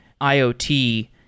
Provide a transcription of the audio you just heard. IoT